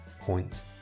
point